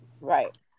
Right